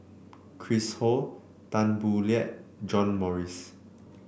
Chris Ho Tan Boo Liat John Morrice